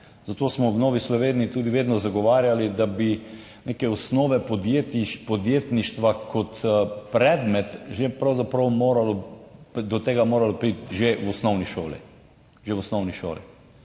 Zato smo v Novi Sloveniji tudi vedno zagovarjali, da bi neke osnove podjetništva kot predmet že pravzaprav moralo do tega moralo priti že v osnovni šoli,